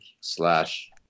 slash